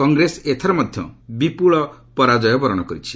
କଂଗ୍ରେସ ଏଥର ମଧ୍ୟ ବିପୁଳ ପରାଜୟ ବରଣ କରିଛି